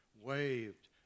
waved